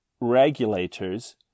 regulators